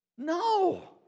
No